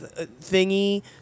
thingy